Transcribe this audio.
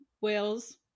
Whales